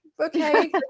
okay